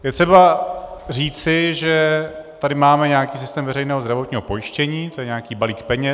Je třeba říci, že tady mámě nějaký systém veřejného zdravotního pojištění, to je nějaký balík peněz.